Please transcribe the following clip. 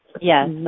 Yes